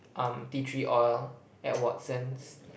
um tea tree oil at Watsons